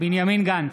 בנימין גנץ,